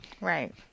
Right